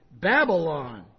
Babylon